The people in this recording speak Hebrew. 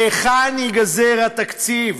מהיכן ייגזר התקציב?